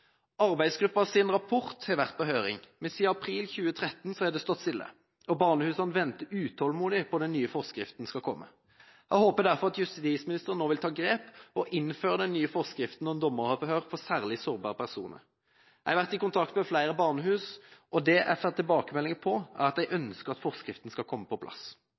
arbeidsgruppa var bl.a. en ny forskrift for dommeravhør av særlig sårbare personer. Arbeidsgruppas rapport har vært på høring, men siden april 2013 har det stått stille, og barnehusene venter utålmodig på at den nye forskriften skal komme. Jeg håper derfor at justisministeren nå vil ta grep og innføre den nye forskriften om dommeravhør for særlig sårbare personer. Jeg har vært i kontakt med flere barnehus, og det jeg får tilbakemelding om, er at de ønsker at forskriften skal komme på